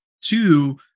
two